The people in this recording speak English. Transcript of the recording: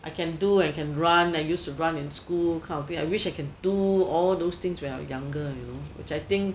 I can do I can run I used to run in school kind of thing I wish I can do all those things when I was younger you know which I think